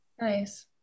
Nice